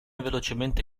velocemente